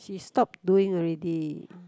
she stopped doing already